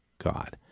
God